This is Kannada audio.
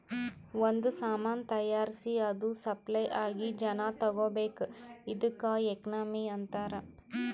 ಒಂದ್ ಸಾಮಾನ್ ತೈಯಾರ್ಸಿ ಅದು ಸಪ್ಲೈ ಆಗಿ ಜನಾ ತಗೋಬೇಕ್ ಇದ್ದುಕ್ ಎಕನಾಮಿ ಅಂತಾರ್